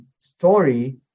story